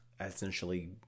essentially